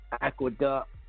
Aqueduct